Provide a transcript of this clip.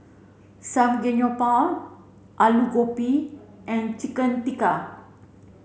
Samgeyopsal Alu Gobi and Chicken Tikka